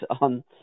on